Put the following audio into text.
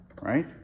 right